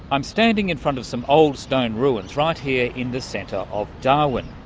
i'm standing in front of some old stone ruins right here in the centre of darwin.